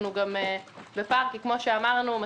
כפי שאמרנו,